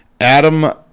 Adam